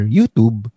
YouTube